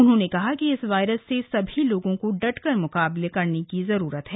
उन्होंने कहा कि इस वायरस से सभी लोगो को डटकर म्काबला करने की जरूरत है